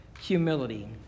humility